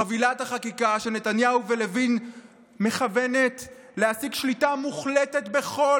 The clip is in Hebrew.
חבילת החקיקה של נתניהו ולוין מכוונת להשיג שליטה מוחלטת בכל